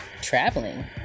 traveling